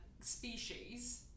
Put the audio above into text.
...species